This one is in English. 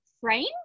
frame